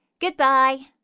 Goodbye